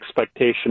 expectation